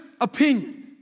opinion